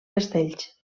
castells